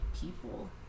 people